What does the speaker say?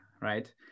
right